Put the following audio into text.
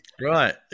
Right